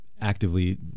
actively